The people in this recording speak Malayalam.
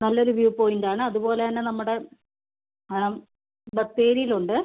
നല്ലൊരു വ്യൂ പോയിൻ്റാണ് അതുപോലെ തന്നെ നമ്മുടെ ബത്തേരിയിലുണ്ട്